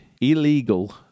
illegal